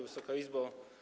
Wysoka Izbo!